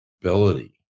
ability